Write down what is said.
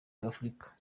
afurika